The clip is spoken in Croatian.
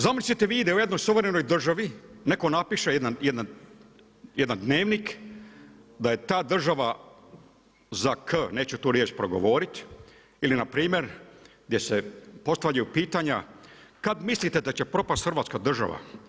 Zamislite vi da u jednoj suvremenoj državi, netko napiše jedan dnevnik, da je ta država za k, neću tu riječ progovoriti ili npr. gdje se postavljaju pitanja, kad mislite da će propasti Hrvatska država?